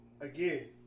again